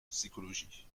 psychologie